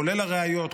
כולל הראיות,